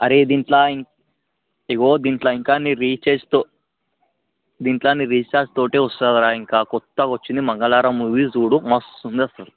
అరే దీంట్లో ఇగో దీంట్లో ఇంకా నీ రీచార్జ్తో దీంట్లో నీ రీచార్జ్తో వస్తుంది రా ఇంకా కొత్తగా వచ్చింది మంగళవారం మూవీ చూడు మస్తు ఉంది అసలు